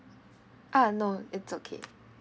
uh no it's okay